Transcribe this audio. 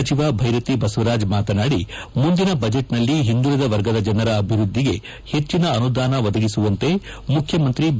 ಸಚಿವ ಭೈರತಿ ಬಸವರಾಜ್ ಮಾತನಾದಿ ಮುಂದಿನ ಬಜೆಟ್ ನಲ್ಲಿ ಹಿಂದುಳಿದ ವರ್ಗದ ಜನರ ಅಭಿವೃದ್ದಿಗೆ ಹೆಚ್ಚಿನ ಅನುದಾನ ಒದಗಿಸುವಂತೆ ಮುಖ್ಯಮಂತ್ರಿ ಬಿ